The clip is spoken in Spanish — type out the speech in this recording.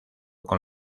con